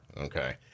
Okay